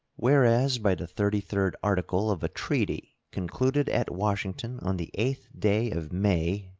whereas by the thirty-third article of a treaty concluded at washington on the eighth day of may,